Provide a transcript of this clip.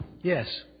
Yes